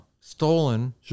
stolen